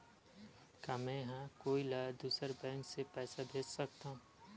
का मेंहा कोई ला दूसर बैंक से पैसा भेज सकथव?